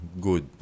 good